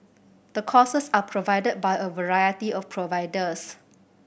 the courses are provided by a variety of providers